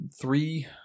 three